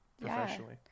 professionally